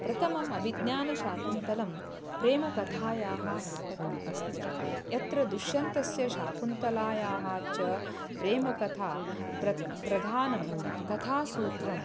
प्रथमम् अभिज्ञानशाकुन्तलं प्रेमकथायाः नाटकम् अस्ति यत्र दुश्यन्तस्य शाकुन्तलायाः च प्रेमकथा प्र प्रधानं कथासूत्रं